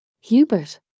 Hubert